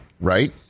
right